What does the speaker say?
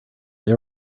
they